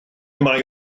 mae